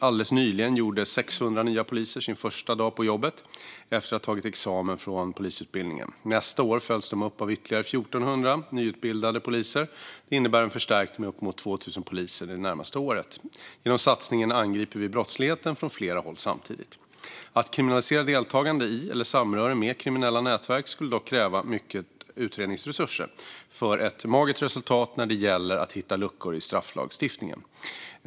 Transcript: Alldeles nyligen gjorde 600 nya poliser sin första dag på jobbet efter att ha tagit examen från polisutbildningen. Nästa år följs de upp av ytterligare cirka 1 400 nyutbildade poliser. Det innebär en förstärkning med uppemot 2 000 poliser det närmaste året. Genom satsningen angriper vi brottsligheten från flera håll samtidigt. Att kriminalisera deltagande i eller samröre med kriminella nätverk skulle dock kräva mycket utredningsresurser för ett magert resultat när det gäller att hitta luckor i strafflagstiftningen.